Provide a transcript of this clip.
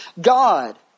God